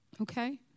Okay